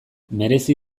merezi